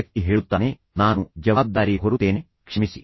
ವ್ಯಕ್ತಿ ಹೇಳುತ್ತಾನೆ ನಾನು ಜವಾಬ್ದಾರಿ ಹೊರುತ್ತೇನೆ ಕ್ಷಮಿಸಿ